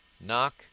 Knock